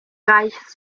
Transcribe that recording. reichs